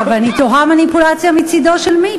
"מניפולציה", ואני תוהה: מניפולציה מצדו של מי?